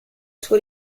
suo